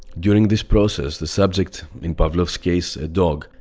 during this process, the subject, in pavlov's case a dog,